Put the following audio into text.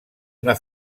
una